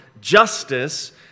justice